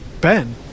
Ben